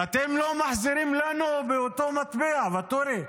ואתם לא מחזירים לנו באותו מטבע, ואטורי.